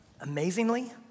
Amazingly